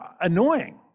annoying